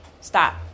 stop